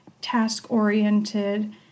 task-oriented